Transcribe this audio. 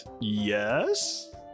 Yes